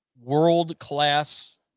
world-class